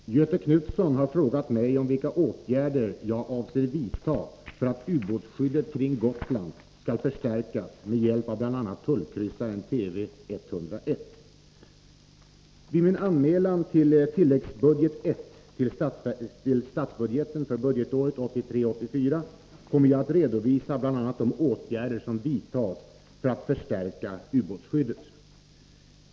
Herr talman! Göthe Knutson har frågat mig om vilka åtgärder jag avser vidta för att ubåtsskyddet kring Gotland skall förstärkas med hjälp av bl.a. tullkryssaren TV 101. Vid min anmälan till tilläggsbudget I till statsbudgeten för budgetåret 1983/84 kommer jag att redovisa bl.a. de åtgärder som vidtas för att förstärka ubåtsskyddet.